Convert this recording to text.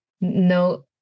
No